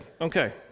okay